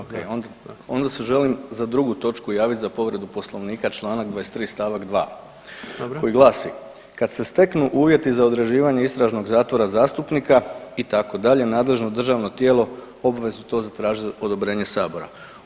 Onda se želim za drugu točku javit za povredu Poslovnika čl. 23. st. 2 [[Upadica predsjednik: Dobro.]] koji glasi, kad se steknu uvjeti za određivanje istražnog zatvora zastupnika itd., nadležno državno tijelo obvezu to zatražiti odobrenje Sabora.